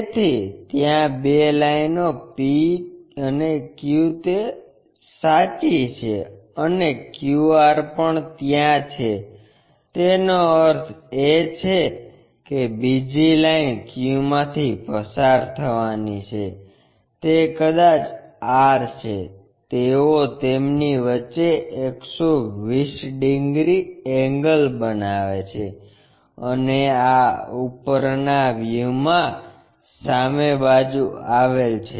તેથી ત્યાં બે લાઇનો P અને Q છે તે સાચી છે અને QR પણ ત્યાં છે તેનો અર્થ છે બીજી લાઇન Q માંથી પસાર થવાની છે તે કદાચ R છે તેઓ તેમની વચ્ચે 120 ડિગ્રી એંગલ બનાવે છે અને આ ઉપરના વ્યુ મા સામે બાજુ આવેલ છે